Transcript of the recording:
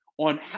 On